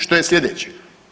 Što je slijedeće?